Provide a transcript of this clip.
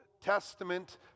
Testament